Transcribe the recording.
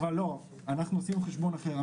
אנחנו עושים חשבון אחר.